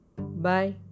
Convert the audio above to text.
Bye